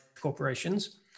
corporations